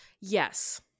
Yes